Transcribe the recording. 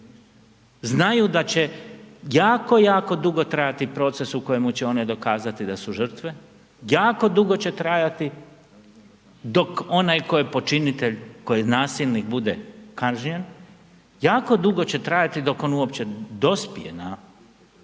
znaju da će jako, jako dugo trajati proces u kojemu će one dokazati da su žrtve, jako dugo će trajati dok onaj koji je počinitelj koji je nasilnik bude kažnjen. Jako dugo će trajati dok on uopće dospije na